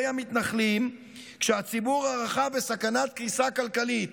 המתנחלים כשהציבור הרחב בסכנת קריסה כלכלית.